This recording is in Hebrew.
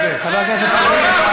חבר הכנסת חזן,